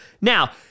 Now